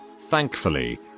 Thankfully